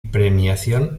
premiación